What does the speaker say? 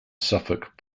suffolk